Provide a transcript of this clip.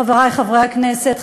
חברי חברי הכנסת,